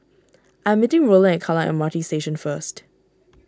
I am meeting Rowland at Kallang M R T Station first